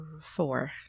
four